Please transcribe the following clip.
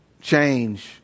change